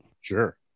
sure